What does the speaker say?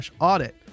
audit